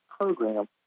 Program